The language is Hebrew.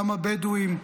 גם הבדואים,